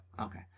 Okay